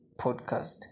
podcast